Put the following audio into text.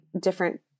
different